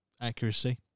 accuracy